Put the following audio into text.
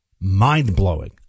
mind-blowing